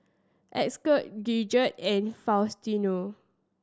Esker Gidget and Faustino